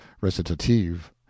recitative